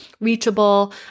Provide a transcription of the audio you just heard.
reachable